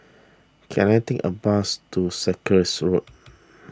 can I take a bus to Sarkies Road